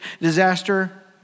disaster